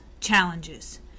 challenges